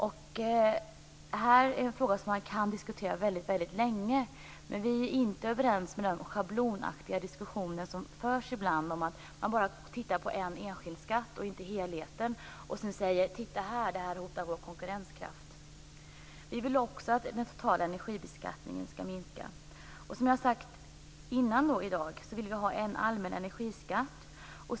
Det här är en fråga som man kan diskutera väldigt länge, men vi är inte överens i den schablonaktiga diskussion som ibland förs, där man bara tittar på en enskild skatt och inte på helheten och sedan säger: Titta, det här hotar vår konkurrenskraft! Vi vill också att den totala energibeskattningen skall minska. Som jag har sagt tidigare i dag, vill vi ha en allmän energiskatt.